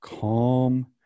Calm